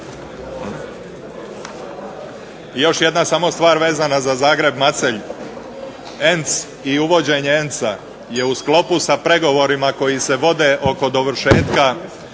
Još jedna stvar vezana za Zagreb-Macelj. ENC i uvođenje ENC-a je u sklopu sa pregovorima koji se vode oko dovršetka